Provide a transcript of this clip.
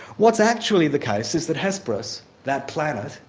what's actually the case is that hesperus, that planet,